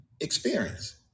experience